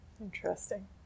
interesting